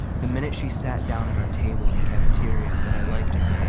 the minute she sat down at our table in the cafeteria, that i liked her.